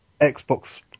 Xbox